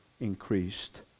Increased